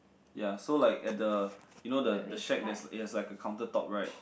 ya so like at the you know the the shack that's it has like a counter top right